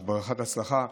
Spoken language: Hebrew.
ברכת הצלחה.